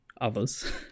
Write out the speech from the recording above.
others